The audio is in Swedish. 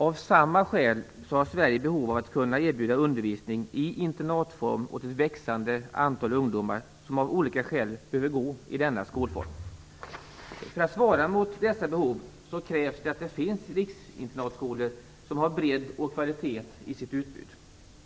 Av samma skäl har Sverige behov av att kunna erbjuda undervisning i internatform åt ett växande antal ungdomar som av olika skäl behöver gå i denna skolform. För att dessa behov skall kunna motsvaras krävs att det finns riksinternatskolor som har bredd och kvalitet i sitt utbud.